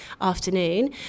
afternoon